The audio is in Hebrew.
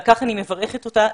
ועל כך אני מברכת אותה,